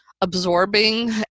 absorbing